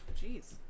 jeez